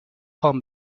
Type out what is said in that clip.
خوام